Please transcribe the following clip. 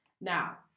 Now